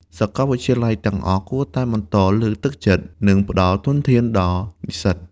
សាកលវិទ្យាល័យទាំងអស់គួរតែបន្តលើកទឹកចិត្ត និងផ្តល់ធនធានដល់និស្សិត។